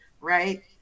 right